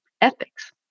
ethics